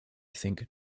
think